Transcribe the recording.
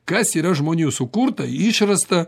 kas yra žmonių sukurta išrasta